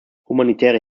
humanitäre